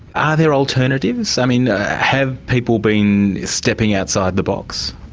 are there alternatives? i mean have people been stepping outside the box?